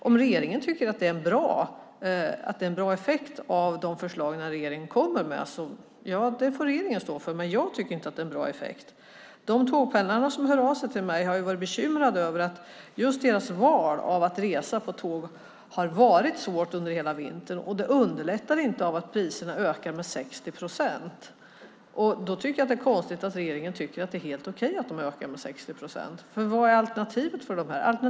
Om regeringen tycker att det är en bra effekt av de förslag regeringen kommer med får regeringen stå för det, men jag tycker inte att det är en bra effekt. De tågpendlare som hör av sig till mig har varit bekymrade över att just deras val att resa med tåg har varit svårt under hela vintern och det underlättas inte av att priserna ökar med 60 procent. Då tycker jag att det är konstigt att regeringen tycker att det är helt okej att de ökar med 60 procent. Vad är alternativet för de här människorna?